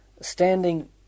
standing